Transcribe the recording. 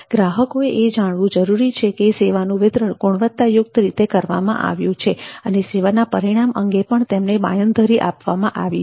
ગ્રાહકોએ એ જાણવું જરૂરી છે કે સેવાનું વિતરણ ગુણવત્તાયુક્ત કરવામાં આવ્યું છે અને સેવાના પરિણામ અંગે પણ તેમણે બાંયધરી આપવામાં આવી છે